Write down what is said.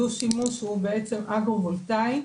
דו שימוש הוא בעצם אגרו וולטאי,